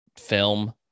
film